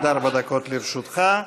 עד ארבע דקות לרשותך.